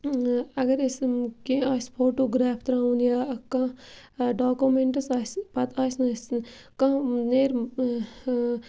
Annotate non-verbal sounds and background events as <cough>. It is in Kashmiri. اگر أسۍ کینٛہہ آسہِ فوٹوگرٛیف ترٛاوُن یا کانٛہہ ڈاکوٗمنٛٹٕس آسہِ پَتہٕ آسہِ نہٕ أسہِ کانٛہہ <unintelligible>